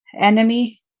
enemy